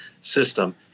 system